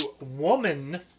woman